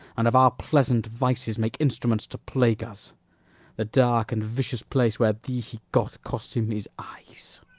and of our pleasant vices make instruments to plague us the dark and vicious place where thee he got cost him his eyes.